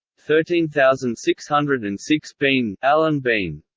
thirteen thousand six hundred and six bean ah and bean